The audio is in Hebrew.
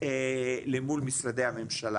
למול משרדי הממשלה.